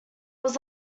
was